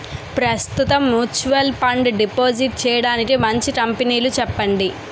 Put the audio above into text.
ప్రస్తుతం mutual fund deposit చేయడానికి మంచి కంపెనీలు చెప్పండి